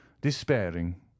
despairing